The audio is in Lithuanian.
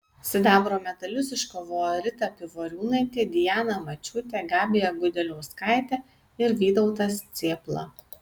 sidabro medalius iškovojo rita pivoriūnaitė diana mačiūtė gabija gudeliauskaitė ir vytautas cėpla